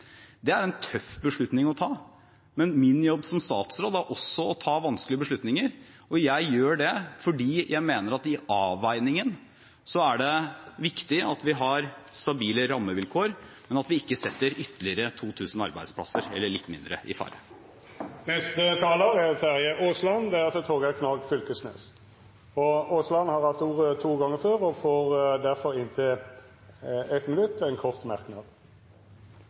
de har en jobb videre. Det er en tøff beslutning å ta, men min jobb som statsråd er også å ta vanskelige beslutninger. Jeg gjør det fordi jeg mener at i avveiningen er det viktig at vi har stabile rammevilkår, men at vi ikke setter ytterligere 2 000 arbeidsplasser – eller litt mindre – i fare. Representanten Terje Aasland har hatt ordet to gonger tidlegare og får ordet til ein kort merknad,